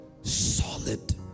solid